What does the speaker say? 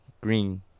green